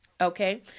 Okay